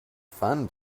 fun